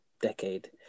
decade